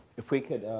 if we could,